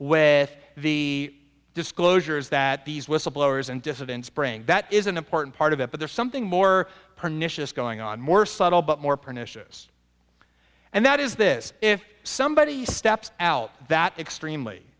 with the disclosures that these whistleblowers and dissidents bring that is an important part of it but there's something more pernicious going on more subtle but more pernicious and that is this if somebody steps out that extremely